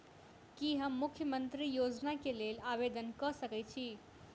की हम मुख्यमंत्री योजना केँ लेल आवेदन कऽ सकैत छी?